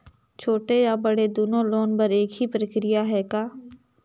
छोटे या बड़े दुनो लोन बर एक ही प्रक्रिया है का?